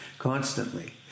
Constantly